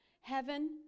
heaven